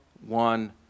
one